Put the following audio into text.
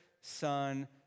son